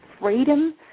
freedom